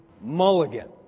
mulligan